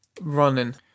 running